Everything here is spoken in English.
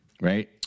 right